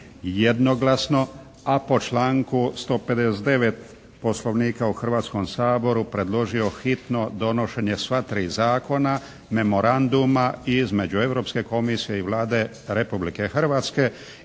jednoglasno, a po članku 159. Poslovnika o Hrvatskom saboru predložio hitno donošenje sva 3 zakona, memoranduma između Europske komisije i Vlade Republike Hrvatske